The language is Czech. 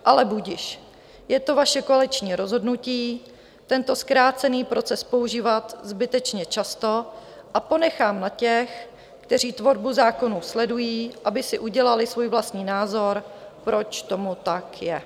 Ale budiž, je to vaše koaliční rozhodnutí tento zkrácený proces používat zbytečně často a ponechám na těch, kteří tvorbu zákonů sledují, aby si udělali svůj vlastní názor, proč tomu tak je.